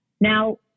Now